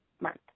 Month